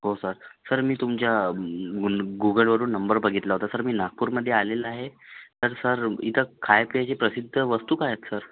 हो sir sir मी तुमच्या गूल् गूगलवरून नंबर बघितला होता सर मी नागपूरमध्ये आलेला आहे तर सर इथे खायप्यायची प्रसिद्ध वस्तू काय आहेत सर